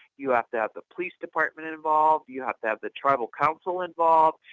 you have to have the police department and involved, you have to have the tribal council involved,